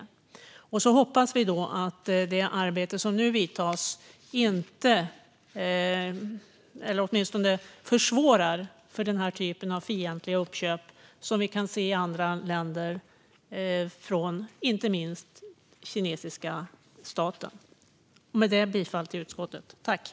Vi hoppas att det arbete som nu vidtas åtminstone försvårar den typ av fientliga uppköp som vi kan se i andra länder från inte minst kinesiska statens sida. Med det yrkar jag bifall till utskottets förslag.